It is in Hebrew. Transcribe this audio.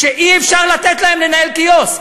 אי-אפשר לתת להם לנהל קיוסק.